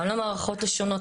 גם למערכות השונות,